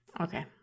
Okay